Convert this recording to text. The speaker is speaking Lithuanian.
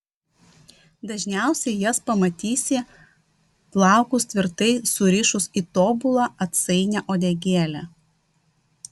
dažniausiai jas pamatysi plaukus tvirtai surišus į tobulą atsainią uodegėlę